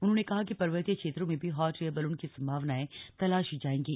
उन्होंने कहा कि पर्वतीय क्षेत्रों में भी हॉट एयर बलून की सम्भावनाएं तलाशी जाएंगी